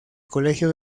colegio